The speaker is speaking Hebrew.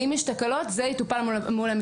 אם יש תקלות, זה יטופל המשטרה.